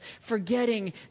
forgetting